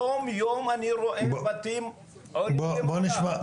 יום יום אני רואה בתים עולים למעלה.